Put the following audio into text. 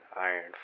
iron